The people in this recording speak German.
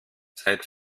seit